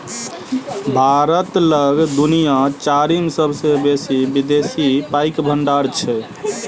भारत लग दुनिया चारिम सेबसे बेसी विदेशी पाइक भंडार छै